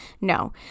No